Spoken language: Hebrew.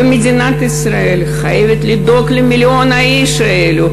ומדינת ישראל חייבת לדאוג למיליון האיש האלו,